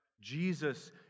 Jesus